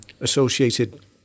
associated